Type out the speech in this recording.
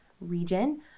region